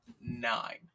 nine